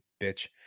bitch